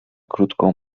krótką